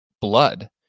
blood